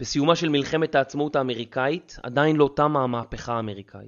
בסיומה של מלחמת העצמות האמריקאית עדיין לא תמה המהפכה האמריקאית.